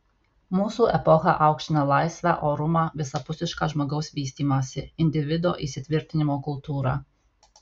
mūsų epocha aukština laisvę orumą visapusišką žmogaus vystymąsi individo įsitvirtinimo kultūrą